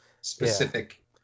specific